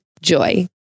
Joy